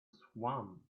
swan